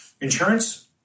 insurance